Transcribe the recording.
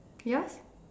yours